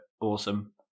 awesome